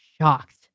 shocked